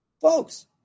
Folks